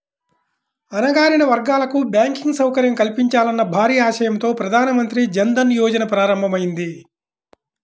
అణగారిన వర్గాలకు బ్యాంకింగ్ సౌకర్యం కల్పించాలన్న భారీ ఆశయంతో ప్రధాన మంత్రి జన్ ధన్ యోజన ప్రారంభమైంది